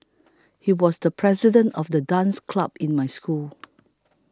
he was the president of the dance club in my school